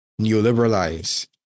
neoliberalize